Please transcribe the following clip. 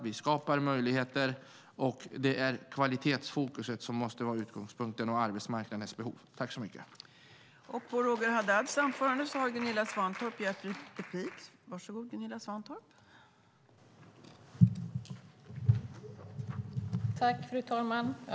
Vi skapar möjligheter, och det är kvalitetsfokus och arbetsmarknadens behov som måste vara utgångspunkten.